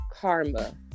karma